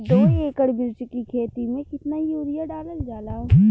दो एकड़ मिर्च की खेती में कितना यूरिया डालल जाला?